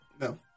No